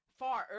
far